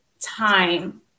time